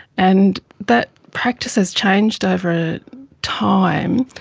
and that practice has changed over time,